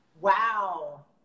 Wow